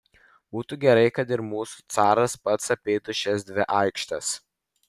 būtų gerai kad ir mūsų caras pats apeitų šias dvi aikštes